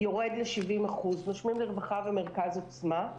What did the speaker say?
יורד ל-70% - "נושמים לרווחה" ומרכז עוצמה.